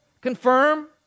confirm